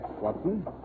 Watson